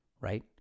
right